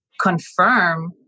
confirm